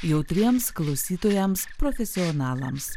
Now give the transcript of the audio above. jautriems klausytojams profesionalams